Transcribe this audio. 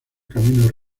caminos